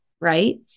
right